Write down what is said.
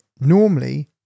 normally